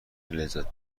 لذت